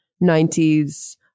nineties